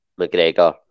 McGregor